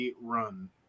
run